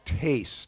taste